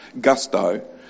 gusto